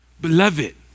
Beloved